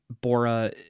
Bora